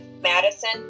Madison